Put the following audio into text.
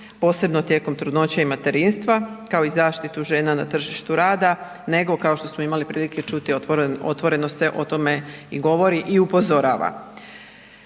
posebno tijekom trudnoće i materinstva kao i zaštitu žena na tržištu rada nego kao što smo imali prilike čuti, otvoreno se o tome i govori i upozorava.